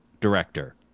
director